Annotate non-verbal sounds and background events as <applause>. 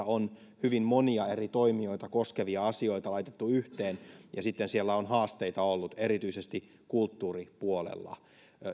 <unintelligible> on hyvin monia eri toimijoita koskevia asioita laitettu yhteen ja siellä on haasteita ollut erityisesti kulttuuripuolella